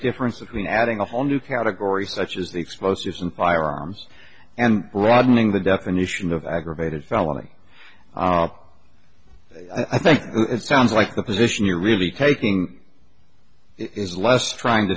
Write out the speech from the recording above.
difference between adding a whole new category such as the explosives and firearms and broadening the definition of aggravated felony i think it sounds like the position you're really taking is less trying to